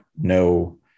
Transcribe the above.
no